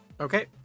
Okay